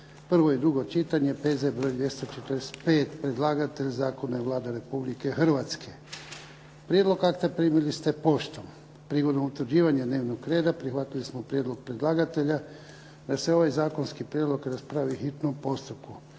prvo i drugo čitanje, P.Z. br. 245. Predlagatelj zakona je Vlada Republike Hrvatske. Prijedlog akta primili ste poštom. Prigodom utvrđivanja dnevnog reda prihvatili smo prijedlog predlagatelja da se ovaj zakonski prijedlog raspravi u hitnom postupku.